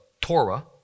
Torah